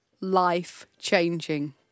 life-changing